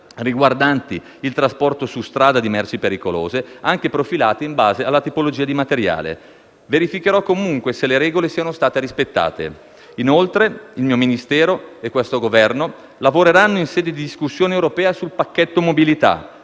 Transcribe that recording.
riguardanti il trasporto su strada di merci pericolose, anche profilate in base alla tipologia di materiale. Verificherò comunque se le regole siano state rispettate. Inoltre, il mio Ministero e il Governo lavoreranno in sede di discussione europea sul pacchetto mobilità,